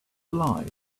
alive